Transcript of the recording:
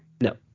No